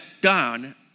done